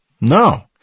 No